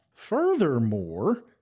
Furthermore